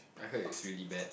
I heard it's really bad